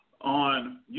on